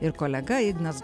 ir kolega ignas